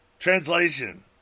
Translation